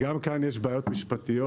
גם כאן יש בעיות משפטיות,